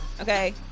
Okay